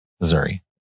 Missouri